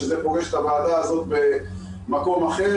שזה פוגש את הוועדה הזאת במקום אחר,